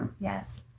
Yes